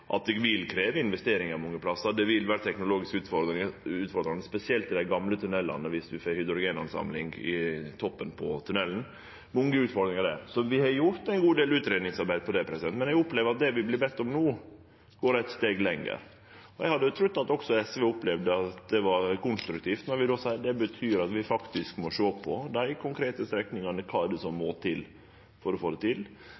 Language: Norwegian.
at det vil krevje investeringar mange plassar. Det vil vere teknologisk utfordrande – spesielt i dei gamle tunnelane – dersom ein får hydrogenoppsamling i toppen av tunnelen. Det er mange utfordringar der. Vi har gjort ein god del utgreiingsarbeid på dette området. Men eg opplever at det vi vert bedne om no, går eit steg lenger. Eg hadde trudd at også SV opplever at det er konstruktivt når vi seier at det betyr at vi må sjå på dei konkrete strekningane, kva det er som må til,